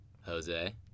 Jose